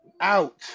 out